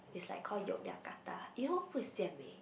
it's like call Yogyakarta you know who is Jian-Wei